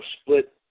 split